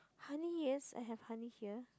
honey yes I have honey here